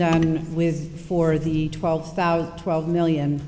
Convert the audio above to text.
done with for the twelve thousand twelve million